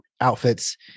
outfits